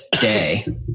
day